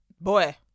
boy